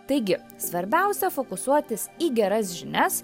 taigi svarbiausia fokusuotis į geras žinias